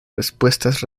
respuestas